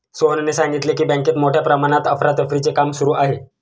सोहनने सांगितले की, बँकेत मोठ्या प्रमाणात अफरातफरीचे काम सुरू आहे